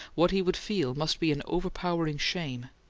what he would feel must be an overpowering shame.